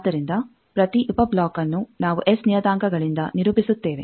ಆದ್ದರಿಂದ ಪ್ರತಿ ಉಪ ಬ್ಲಾಕ್ನ್ನು ನಾವು ಎಸ್ ನಿಯತಾಂಕಗಳಿಂದ ನಿರೂಪಿಸುತ್ತೇವೆ